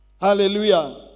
Hallelujah